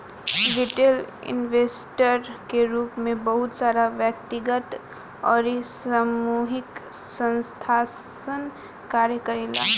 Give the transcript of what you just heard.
retail investor के रूप में बहुत सारा व्यक्तिगत अउरी सामूहिक संस्थासन कार्य करेले